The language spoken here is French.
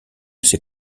sait